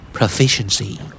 Proficiency